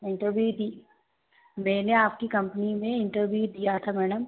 interview दी मैंने आपकी कंपनी में इंटरव्यू दिया था मैडम